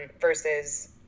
versus